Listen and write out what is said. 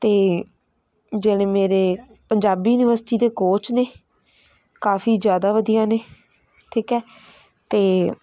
ਅਤੇ ਜਿਹੜੇ ਮੇਰੇ ਪੰਜਾਬੀ ਯੂਨੀਵਰਸਿਟੀ ਦੇ ਕੋਚ ਨੇ ਕਾਫੀ ਜ਼ਿਆਦਾ ਵਧੀਆ ਨੇ ਠੀਕ ਹੈ ਅਤੇ